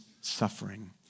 suffering